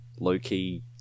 low-key